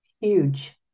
Huge